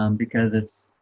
um because it's